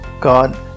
God